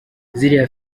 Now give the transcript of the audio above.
ziriya